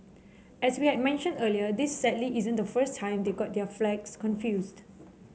as we had mentioned earlier this sadly isn't the first time they got their flags confused